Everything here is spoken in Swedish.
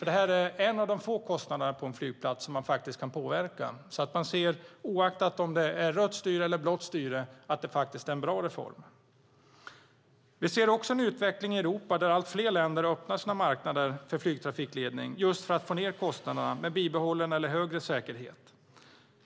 Detta är en av de få kostnader på en flygplats som man kan påverka. Oaktat om det är rött eller blått styre ser man att detta är en bra reform. Vi ser en utveckling i Europa där allt fler länder öppnar sina marknader för flygtrafikledning just för att få ned kostnaderna med bibehållen eller högre säkerhet.